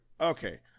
okay